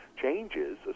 changes